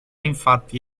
infatti